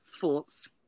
thoughts